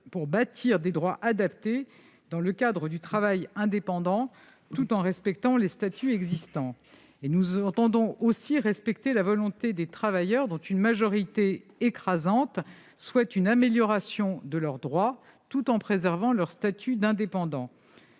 pour bâtir des droits adaptés dans le cadre du travail indépendant, tout en respectant les statuts existants. Nous entendons aussi respecter la volonté des travailleurs, dont une majorité écrasante souhaite une amélioration de leurs droits, tout en préservant leur statut d'indépendant,